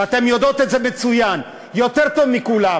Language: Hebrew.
ואתן יודעות את זה מצוין, יותר טוב מכולם.